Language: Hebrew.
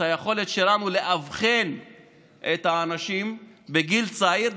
היכולת שלנו לאבחן את האנשים בגיל צעיר,